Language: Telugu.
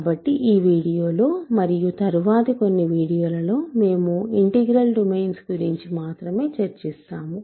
కాబట్టి ఈ వీడియోలో మరియు తరువాతి కొన్ని వీడియోలలో మేము ఇంటిగ్రల్ డొమైన్స్ గురించి మాత్రమే చర్చిస్తాము